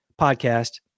podcast